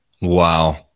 Wow